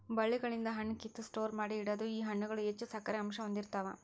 ಬಳ್ಳಿಗಳಿಂದ ಹಣ್ಣ ಕಿತ್ತ ಸ್ಟೋರ ಮಾಡಿ ಇಡುದು ಈ ಹಣ್ಣುಗಳು ಹೆಚ್ಚು ಸಕ್ಕರೆ ಅಂಶಾ ಹೊಂದಿರತಾವ